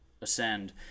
Ascend